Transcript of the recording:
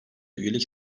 üyelik